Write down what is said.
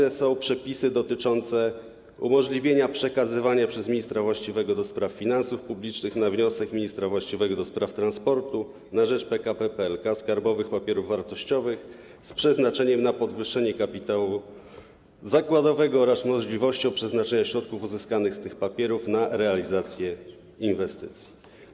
Ważne są przepisy dotyczące umożliwienia przekazywania przez ministra właściwego do spraw finansów publicznych na wniosek ministra właściwego do spraw transportu na rzecz PKP PLK skarbowych papierów wartościowych z przeznaczeniem na podwyższenie kapitału zakładowego oraz możliwości przeznaczenia środków uzyskanych z tych papierów na realizację inwestycji.